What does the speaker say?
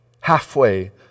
halfway